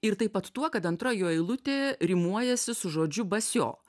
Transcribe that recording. ir taip pat tuo kad antra jo eilutė rimuojasi su žodžiu basio